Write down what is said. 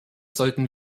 sollten